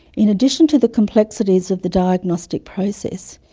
in addition to the complexities of the diagnostic process,